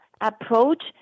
approach